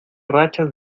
rachas